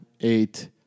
eight